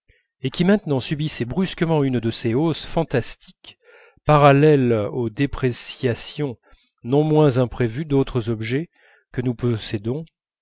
et qui maintenant subissait brusquement une de ces hausses fantastiques parallèles aux dépréciations non moins imprévues d'autres objets que nous possédons